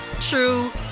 true